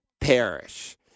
perish